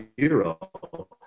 zero